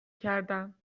کردم